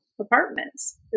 apartments